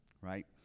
right